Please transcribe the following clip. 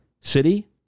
City